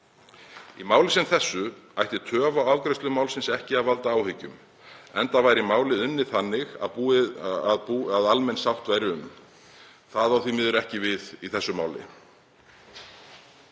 Í máli sem þessu ætti töf á afgreiðslu málsins ekki að valda áhyggjum, enda væri málið þannig búið að almenn sátt væri um. Það á því miður ekki við í þessu máli.